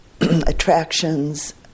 attractions